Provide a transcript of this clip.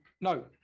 no